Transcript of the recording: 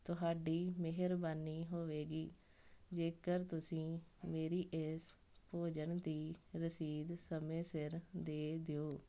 ਤੁਹਾਡੀ ਮਿਹਰਬਾਨੀ ਹੋਵੇਗੀ ਜੇਕਰ ਤੁਸੀਂ ਮੇਰੀ ਇਸ ਭੋਜਨ ਦੀ ਰਸੀਦ ਸਮੇਂ ਸਿਰ ਦੇ ਦਿਓ